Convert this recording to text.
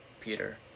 Peter